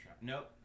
Nope